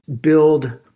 build